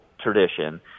tradition